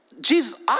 Jesus